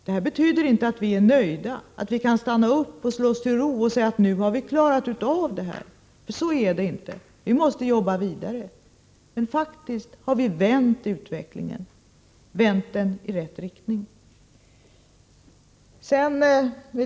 Detta betyder inte att vi är nöjda, att vi kan stanna upp, slå oss till ro och säga: Nu har vi klarat sysselsättningen. Så är det inte. Vi måste jobba vidare. Men vi har faktiskt vänt utvecklingen i rätt riktning.